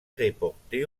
reporté